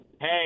hey